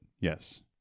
yes